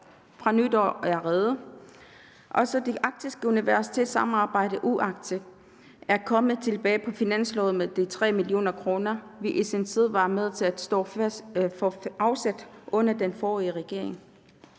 fra nytår er reddet. Også det arktiske universitetssamarbejde, UArctic, er kommet tilbage på finansloven med de 3 mio. kr., vi i sin tid var med til at få afsat under den forrige regering.